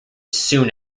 soon